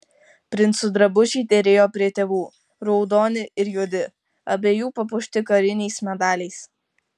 princų drabužiai derėjo prie tėvų raudoni ir juodi abiejų papuošti kariniais medaliais